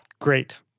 Great